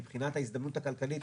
מבחינת ההזדמנות הכלכלית,